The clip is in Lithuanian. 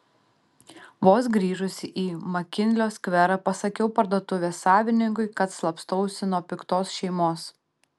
vos grįžusi į makinlio skverą pasakiau parduotuvės savininkui kad slapstausi nuo piktos šeimos